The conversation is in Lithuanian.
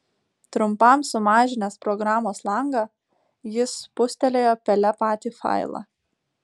trumpam sumažinęs programos langą jis spustelėjo pele patį failą